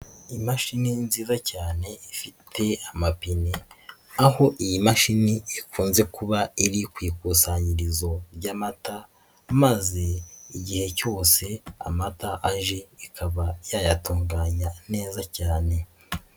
Imashini nziza cyane ifite amapine. Aho iyi mashini ikunze kuba iri ku ikusanyirizo ry'amata maze igihe cyose amata aje ikaba yayatunganya neza cyane.